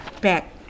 back